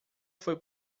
foi